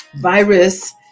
virus